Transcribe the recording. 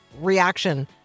reaction